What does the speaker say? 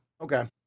okay